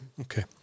Okay